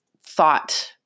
thought